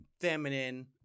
feminine